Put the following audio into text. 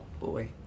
boy